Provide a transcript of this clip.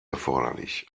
erforderlich